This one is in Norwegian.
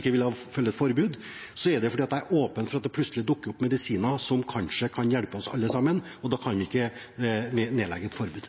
ikke legger ned et forbud, er det fordi jeg er åpen for at det plutselig dukker opp medisiner som kanskje kan hjelpe oss alle sammen, og da kan vi ikke nedlegge et forbud.